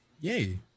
Yay